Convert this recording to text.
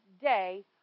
day